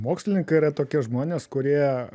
mokslininkai yra tokie žmonės kurie